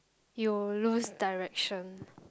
you lose direction